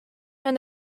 and